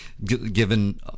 given